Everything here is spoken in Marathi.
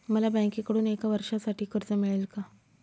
मला बँकेकडून एका वर्षासाठी कर्ज मिळेल का?